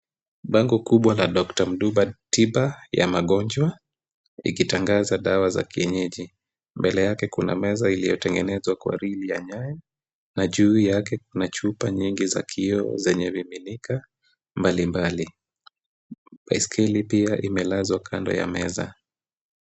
Bango kubwa la Dr Mduba tiba ya magonjwa, ikitangaza dawa za kienyeji. Mbele yake kuna meza iliyotengenezwa kwa riri ya nyaya na juu yake kuna chupa nyingi za kioo zenye miminika mbalimbali. Baiskeli pia imelazwa kando ya meza.